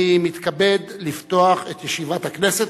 אני מתכבד לפתוח את ישיבת הכנסת.